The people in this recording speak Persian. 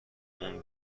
اون